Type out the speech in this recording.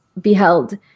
beheld